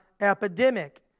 Epidemic